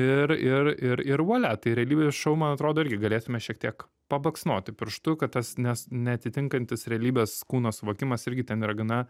ir ir ir ir ir vualia tai realybės šou man atrodo irgi galėtume šiek tiek pabaksnoti pirštu kad tas nes neatitinkantis realybės kūno suvokimas irgi ten yra gana